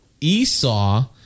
Esau